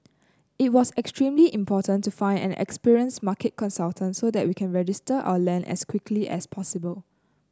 it was extremely important to find an experienced market consultant so that we can register our land as quickly as possible